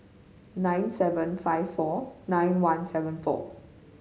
nine seven five four one nine seven four